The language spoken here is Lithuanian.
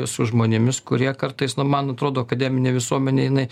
su žmonėmis kurie kartais na man atrodo akademinė visuomenė jinai